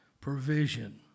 Provision